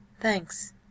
Thanks